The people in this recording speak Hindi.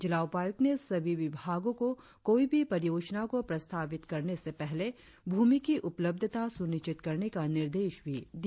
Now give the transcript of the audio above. जिला उपायुक्त ने सभी विभागों को कोई भी परियोजना को प्रस्तावित करने से पहले भूमि की उपलब्धता सुनिश्चित करने का निर्देश भी दिया